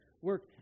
work